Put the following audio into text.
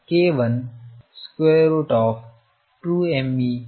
k1 2mE2ಆಗಿತ್ತು